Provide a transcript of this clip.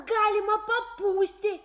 galima papūsti